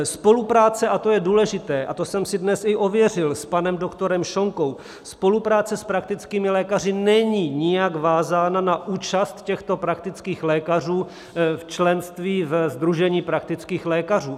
Spolupráce, a to je důležité, a to jsem si dnes i ověřil, s panem doktorem Šonkou, s praktickými lékaři není nijak vázána na účast těchto praktických lékařů v členství ve Sdružení praktických lékařů.